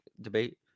debate